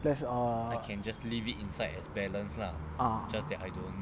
there's err ah